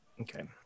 okay